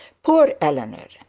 poor eleanor!